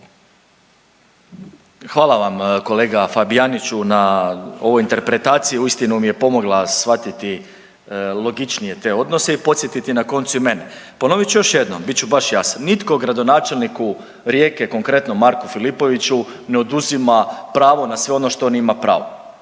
Hvala vam kolega Fabijaniću na ovoj interpretaciji, uistinu mi je pomogla shvatiti logičnije te odnose i podsjetiti na koncu i mene. Ponovit ću još jednom, bit ću baš jasan, nitko gradonačelniku Rijeke konkretno Marku Filipoviću ne oduzima pravo na sve ono što ima pravo